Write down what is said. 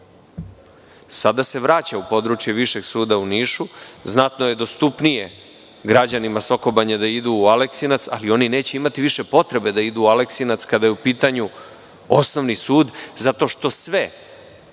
Sada se vraća u područje Višeg suda u Nišu. Znatno je dostupnije građanima Soko Banje da idu u Aleksinac, ali neće imati više potrebe da idu u Aleksinac kada je u pitanju osnovni sud, zato što su